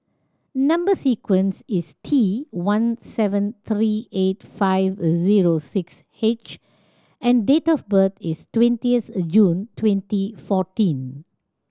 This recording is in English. number sequence is T one seven three eight five zero six H and date of birth is twentieth June twenty fourteen